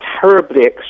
terribly